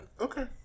Okay